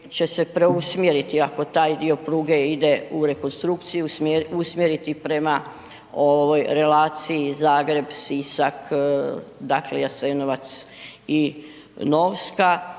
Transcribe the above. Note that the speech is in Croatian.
će se preusmjeriti ako taj dio pruge ide u rekonstrukciju, usmjeriti prema ovoj relaciji Zagreb-Sisak, dakle Jasenovac i Novska